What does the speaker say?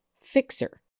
fixer